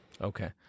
Okay